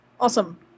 Awesome